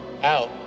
out